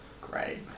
Great